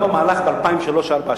גם במהלך ב-2003 2004,